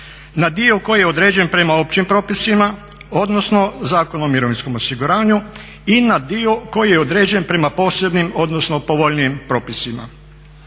na dio koji je određen prema općima propisima, odnosno Zakon o mirovinskom osiguranju i na dio koji je određen prema posebnim odnosno povoljnijim propisima.